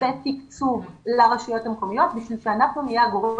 בתקצוב לרשויות המקומיות כדי שאנחנו נהיה הגורם